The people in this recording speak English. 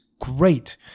Great